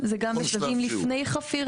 זה גם בשלבים לפני חפירה,